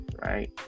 right